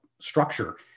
structure